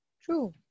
True